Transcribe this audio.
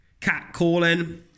catcalling